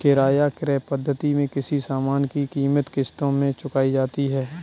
किराया क्रय पद्धति में किसी सामान की कीमत किश्तों में चुकाई जाती है